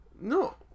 No